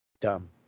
Dumb